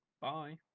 Bye